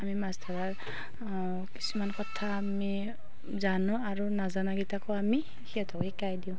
আমি মাছ ধৰাৰ কিছুমান কথা আমি জানোঁ আৰু নাজানা কেইটাকো আমি সিহঁতকো শিকাই দিওঁ